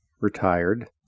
retired